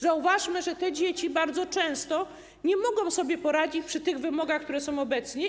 Zauważmy, że te dzieci bardzo często nie mogą sobie poradzić przy tych wymogach, które są obecnie.